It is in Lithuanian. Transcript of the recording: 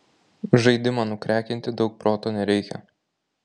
žaidimą nukrekinti daug proto nereikia